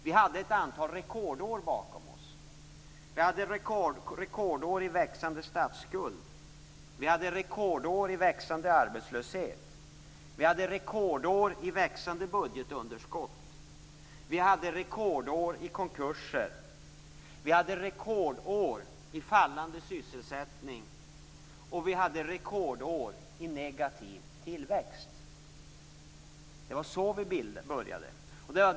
Vi hade ett antal rekordår bakom oss i växande statsskuld, i växande arbetslöshet, i växande budgetunderskott, i antalet konkurser, i fallande sysselsättning och i negativ tillväxt. Det var så vi började.